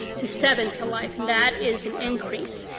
to seven to life, and that is an increase.